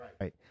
Right